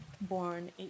born